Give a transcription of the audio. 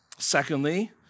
Secondly